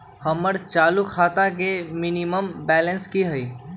हमर चालू खाता के मिनिमम बैलेंस कि हई?